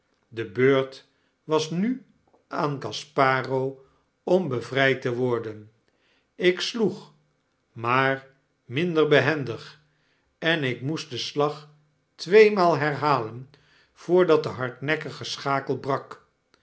de beurt was nu aan gasparo om beyrijd te worden ik sloeg maar minder behendig en ik moest den slag tweemaal herhalen voordat de hardnekkige schakel brak